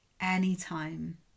anytime